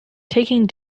taking